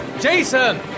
Jason